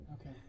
Okay